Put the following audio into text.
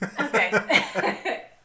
Okay